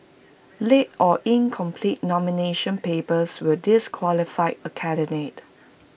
late or incomplete nomination papers will disqualify A candidate